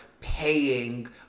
paying